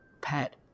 pet